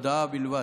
זוהי הודעה בלבד.